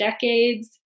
decades